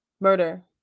murder